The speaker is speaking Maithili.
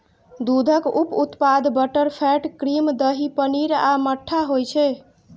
दूधक उप उत्पाद बटरफैट, क्रीम, दही, पनीर आ मट्ठा होइ छै